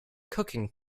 cooking